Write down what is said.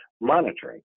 monitoring